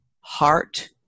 heart